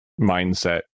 mindset